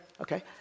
Okay